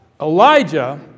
Elijah